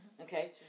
Okay